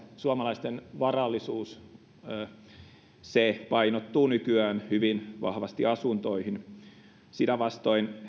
suomalaisten varallisuus painottuu nykyään hyvin vahvasti asuntoihin sitä vastoin